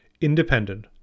independent